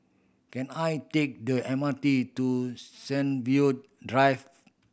can I take the M R T to Sunview Drive